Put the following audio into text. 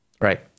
Right